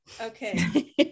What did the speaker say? Okay